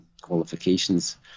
qualifications